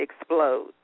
explode